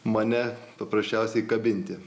mane paprasčiausiai kabinti